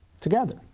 together